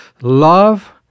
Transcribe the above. Love